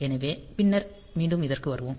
எனவே பின்னர் மீண்டும் இதற்கு வருவோம்